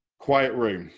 quiet room.